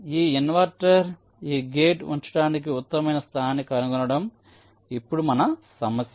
ఈ ఇన్వర్టర్ ఈ గేట్ ఉంచడానికి ఉత్తమమైన స్థానాన్ని కనుగొనడం ఇప్పుడు మన సమస్య